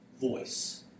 voice